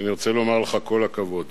כי אני רוצה לומר לך: כל הכבוד.